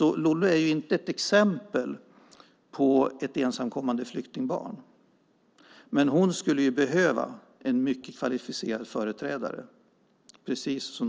Hon är därför inte något exempel på ett ensamkommande flyktingbarn, men hon skulle precis som de ensamkommande flyktingbarnen behöva en mycket kvalificerad företrädare. Vi vet inte